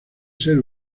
ser